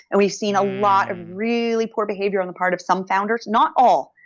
and we've seen a lot of really poor behavior on the part of some founders, not all.